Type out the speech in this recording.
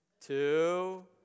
two